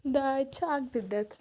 داج چھِ اَکھ بِدعت